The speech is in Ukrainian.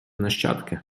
нащадки